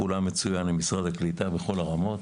פעולה מצוין עם משרד הקליטה בכל הרמות.